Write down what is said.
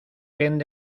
kent